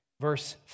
Verse